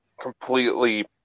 completely